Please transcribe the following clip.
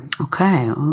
Okay